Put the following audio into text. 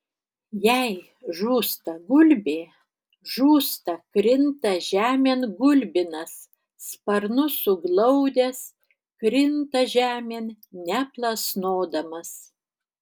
jei žūsta gulbė žūsta krinta žemėn gulbinas sparnus suglaudęs krinta žemėn neplasnodamas